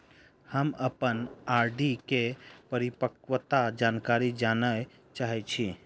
हम अप्पन आर.डी केँ परिपक्वता जानकारी जानऽ चाहै छी